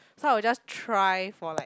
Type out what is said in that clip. so I would just try for like